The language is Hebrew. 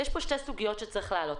יש כאן שתי סוגיות שצריך להעלות.